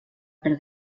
per